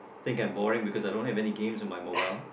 think I'm boring because I don't have any games on my mobile